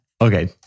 okay